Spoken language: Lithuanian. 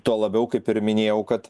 tuo labiau kaip ir minėjau kad